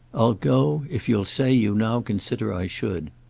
i'll go if you'll say you now consider i should.